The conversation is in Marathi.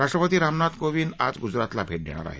राष्ट्रपती रामनाथ कोविंद आज गुजरातला भेट देणार आहेत